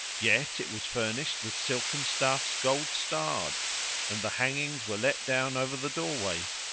yet it was furnished with silken stuffs gold starred and the hangings were let down over the door ways.